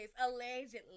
allegedly